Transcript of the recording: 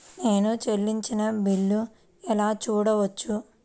నేను చెల్లించిన బిల్లు ఎలా చూడవచ్చు?